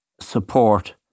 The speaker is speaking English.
support